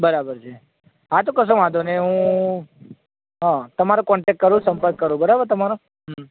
બરાબર છે હા તો કશો વાંધો નહીં હું હા તમારો કૉન્ટૅક્ટ કરું સંપર્ક કરું બરાબર તમારો